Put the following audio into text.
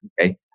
Okay